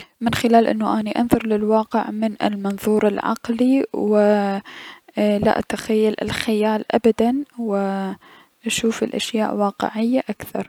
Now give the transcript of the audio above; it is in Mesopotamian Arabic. من خلال انو اني انظر للواقع من خلال المنظور العقلي و لا اتخيل الخيال ابدا و اشوف الأشياء واقعية اكثر.